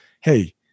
hey